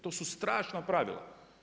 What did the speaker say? To su strašna pravila.